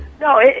No